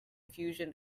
fusion